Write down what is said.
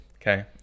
Okay